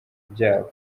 byabo